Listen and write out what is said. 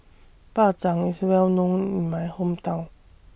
Bak Chang IS Well known in My Hometown